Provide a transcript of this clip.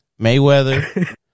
Mayweather